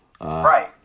Right